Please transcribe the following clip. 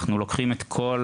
אנחנו לוקחים את כל